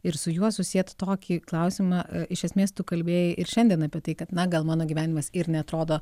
ir su juo susiet tokį klausimą iš esmės tu kalbėjai ir šiandien apie tai kad na gal mano gyvenimas ir neatrodo